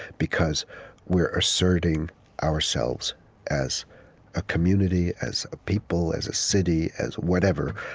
because we're asserting ourselves as a community, as a people, as a city, as whatever.